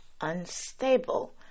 Unstable